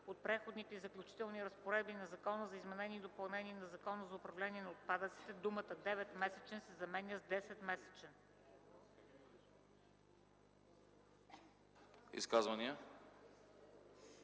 от Преходните и заключителни разпоредби на Закона за изменение и допълнение на Закона за управление на отпадъците думата „9-месечен” се заменя с „10 месечен”.”